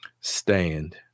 stand